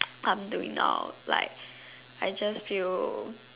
I'm doing now like I just feel